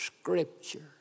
scripture